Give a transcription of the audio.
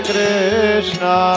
Krishna